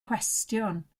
cwestiwn